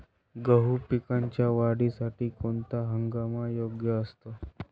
गहू पिकाच्या वाढीसाठी कोणता हंगाम योग्य असतो?